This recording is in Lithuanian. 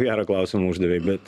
gerą klausimą uždavei bet